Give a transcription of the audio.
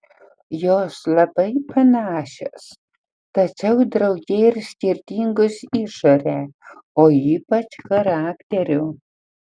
jos labai panašios tačiau drauge ir skirtingos išore o ypač charakteriu